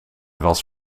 was